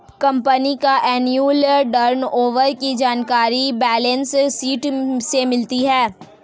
company का annual turnover की जानकारी बैलेंस शीट से मिलती है